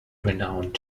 renowned